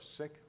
sick